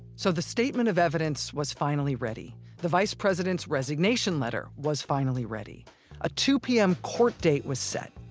so, the statement of evidence was finally ready the vice president's resignation letter was finally ready a two pm court date was set.